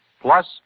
plus